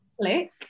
click